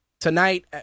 tonight